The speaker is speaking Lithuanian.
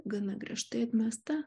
gana griežtai atmesta